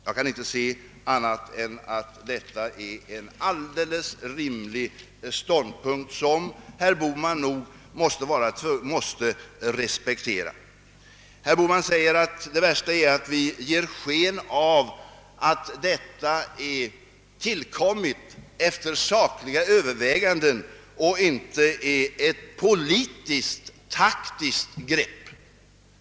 Jag kan inte se annat än att detta är en helt rimlig ståndpunkt, som herr Bohman nog får respektera. Herr Bohman säger att det värsta är att vi ger sken av att detta förslag har tillkommit efter sakliga överväganden och inte är ett politiskt, taktiskt grepp.